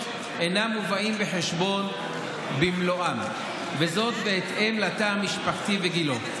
אינם מובאים בחשבון במלואם וזאת בהתאם לתא המשפחתי וגילו,